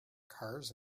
cars